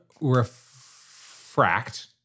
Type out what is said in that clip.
refract